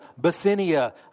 Bithynia